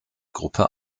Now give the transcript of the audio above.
gruppe